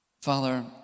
Father